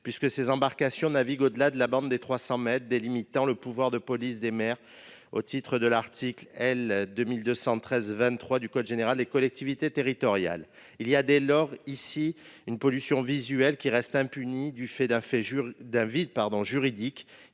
puisque ces embarcations naviguent au-delà de la bande des 300 mètres délimitant le pouvoir de police des maires au titre de l'article L. 2213-23 du code général des collectivités territoriales. Il y a dès lors une pollution visuelle qui reste impunie, du fait d'un vide juridique